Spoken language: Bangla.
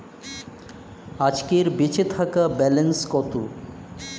আজকের বেচে থাকা ব্যালেন্স কত?